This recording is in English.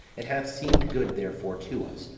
it hath seemed good therefore to us,